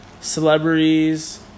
celebrities